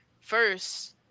first